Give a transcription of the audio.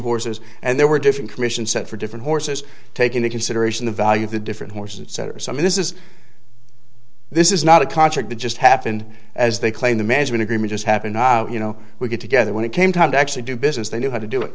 horses and there were different commission set for different horses take into consideration the value of the different horses etc some of this is this is not a contract that just happened as they claim the management agreement just happened you know we get together when it came time to actually do business they knew how to do it